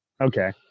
Okay